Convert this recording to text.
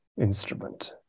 instrument